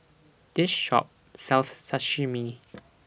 This Shop sells Sashimi